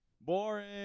Boring